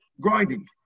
grinding